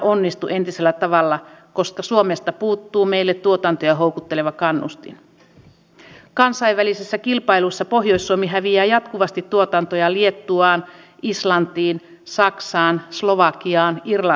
niin eli edellinenkin hallitus ja sen takia työministeri ihalaisen jäljiltä nyt rahat ovat loppu ja niitä on lisätty tämänkin hallituksen aikana